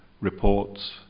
reports